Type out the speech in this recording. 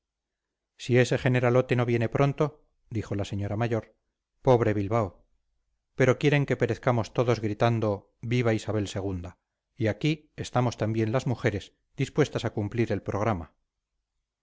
si ese generalote no viene pronto dijo la señora mayor pobre bilbao pero quieren que perezcamos todos gritando viva isabel ii y aquí estamos también las mujeres dispuestas a cumplir el programa